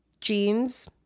jeans